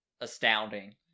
astounding